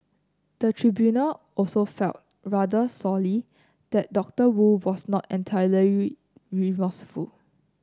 the tribunal also felt rather sorely that Doctor Wu was not entirely remorseful